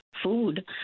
food